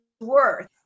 worth